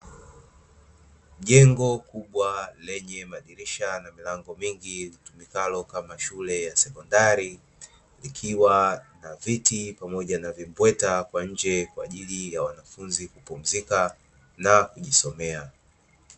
Jengo kubwa lenye madirisha na milango mingi, litumikalo kama shule ya sekondari, likiwa na viti pamoja na vimbweta kwa nje kwa ajili ya wanafunzi kupumzika na kujisomea.